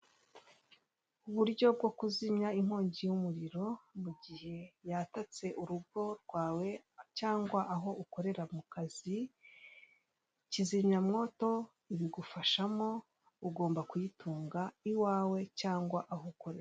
Uburyo bwo kuzimya inkongi y'umuriro mu gihe yatatse urugo rwawe cyangwa aho ukorera mu kazi. Kizimyamwoto ibigufashamo, ugomba kuyitunga iwawe cyangwa aho ukorera.